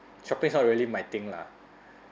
shopping is not really my thing lah